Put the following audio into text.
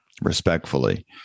Respectfully